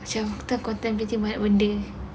macam tu content nanti banyak benda